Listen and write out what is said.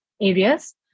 areas